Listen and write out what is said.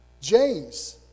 James